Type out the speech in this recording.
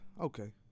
Okay